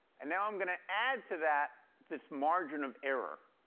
and now i'm going to add to that this margin of error,